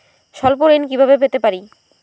স্বল্প ঋণ কিভাবে পেতে পারি?